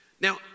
Now